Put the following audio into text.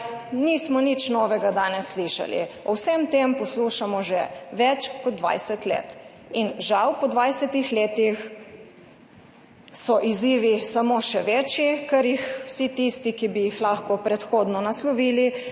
nismo nič novega danes slišali. O vsem tem poslušamo že več kot 20 let, in žal po 20. letih so izzivi samo še večji, ker jih vsi tisti, ki bi jih lahko predhodno naslovili,